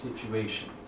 situation